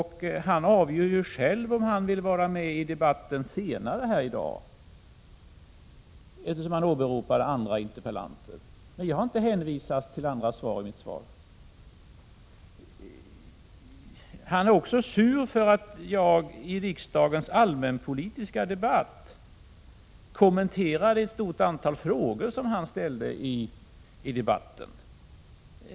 Han avgör själv om han vill vara med i debatten senare i dag, eftersom han åberopar andra interpellanter, men jag har inte hänvisat till andra svar. Bengt Wittbom är också sur för att jag i riksdagens allmänpolitiska debatt kommenterade ett stort antal frågor som han ställde i debatten.